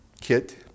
Kit